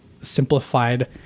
simplified